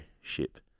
ship